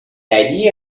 idea